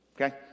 Okay